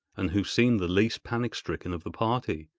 and who seemed the least panic-stricken of the party,